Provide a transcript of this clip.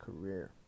career